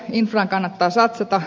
infraan kannattaa satsata